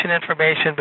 information